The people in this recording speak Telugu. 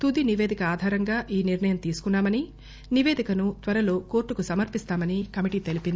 తుది నిపేదిక ఆధారంగా ఈ నిర్ణయం తీసుకున్నామని నిపేదికను త్వరలో కోర్టుకు సమర్పిస్తామని కమిటీ తెలిపింది